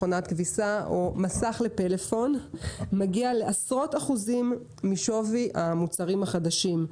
מכונת כביסה או מסך לפלאפון מגיע לעשרות אחוזים משווי המוצרים החדשים.